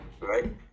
Right